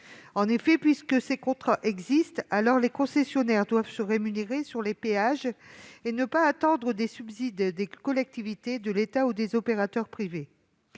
En effet, puisque ces contrats existent, les concessionnaires doivent se rémunérer sur les péages et ne pas attendre des subsides des collectivités de l'État ou des opérateurs privés.